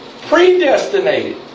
Predestinated